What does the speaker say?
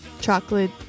chocolate